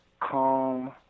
calm